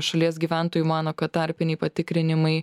šalies gyventojų mano kad tarpiniai patikrinimai